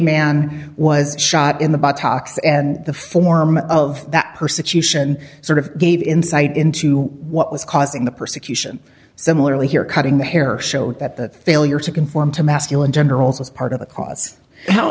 man was shot in the box and the form of that persecution sort of gave insight into what was causing the persecution similarly here cutting the hair showed that the failure to conform to masculine gender roles was part of the cause how